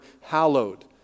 hallowed